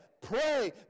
Pray